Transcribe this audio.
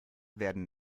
werden